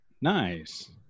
Nice